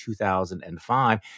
2005